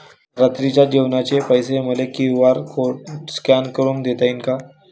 रात्रीच्या जेवणाचे पैसे मले क्यू.आर कोड स्कॅन करून देता येईन का?